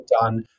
done